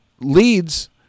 leads